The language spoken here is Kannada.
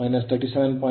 67 angle 37